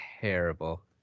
terrible